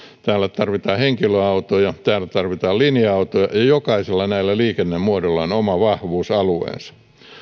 täällä tarvitaan henkilöautoja täällä tarvitaan linja autoja ja ja jokaisella näistä liikennemuodoista on oma vahvuusalueensa